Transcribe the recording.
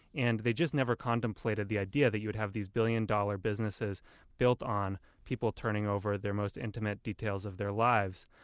and they just never contemplated the idea that you would have these billion-dollar businesses built on people turning over their most intimate details of their lives.